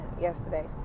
yesterday